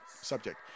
subject